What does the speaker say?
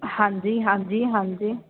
ਹਾਂਜੀ ਹਾਂਜੀ ਹਾਂਜੀ